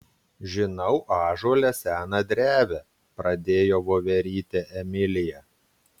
žinau ąžuole seną drevę pradėjo voverytė emilija